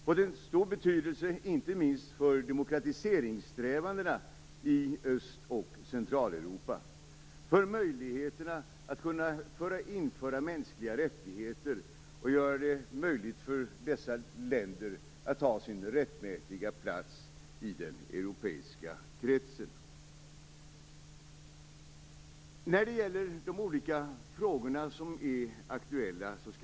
Det har stor betydelse inte minst för demokratiseringssträvandena i Öst och Centraleuropa, för möjligheterna att införa mänskliga rättigheter och för att göra det möjligt för dessa länder att ta sin rättmätiga plats i den europeiska kretsen. Jag skall inte gå in närmare på de olika frågor som är aktuella.